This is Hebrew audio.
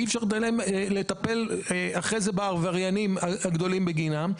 ואחרי זה אי-אפשר לטפל בעבריינים הגדולים בגינם,